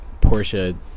Porsche